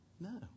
No